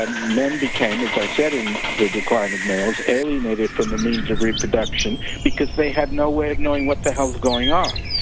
ah men became as i said, and the decline of males, alienated from the means of reproduction because they had no way of knowing what the hell is going on,